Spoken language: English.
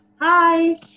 Hi